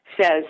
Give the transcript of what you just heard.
says